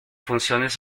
funciones